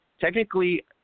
Technically